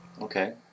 Okay